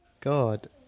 God